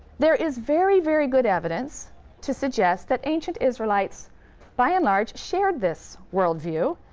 there is very, very good evidence to suggest that ancient israelites by and large shared this world view.